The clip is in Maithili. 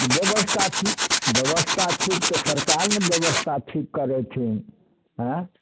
बेबस्था ठीक बेबस्था ठीक तऽ सरकार ने बेबस्था ठीक करेथिन अँए